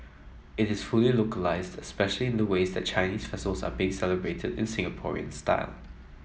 it is fully localised especially in the ways that Chinese festivals are being celebrated in Singaporean style